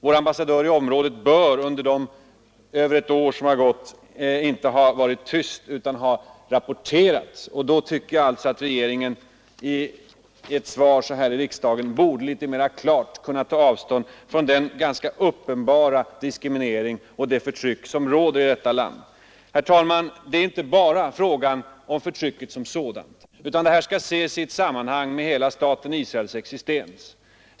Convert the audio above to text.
Vår ambassadör i området kan under den tid, på mer än ett år som gått, inte ha varit tyst utan bör ha rapporterat. Då tycker jag att regeringen i ett svar här i riksdagen borde mera klart kunna ta avstånd från den uppenbara diskriminering och det förtryck som förekommer i Syrien. Herr talman! Det är inte bara en fråga om förtrycket som sådant, utan det här skall ses i sammanhang med hela staten Israels existens.